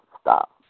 Stop